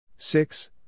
Six